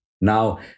Now